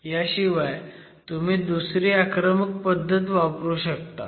याशिवाय तुम्ही दुसरी आक्रमक पद्धत वापरू शकता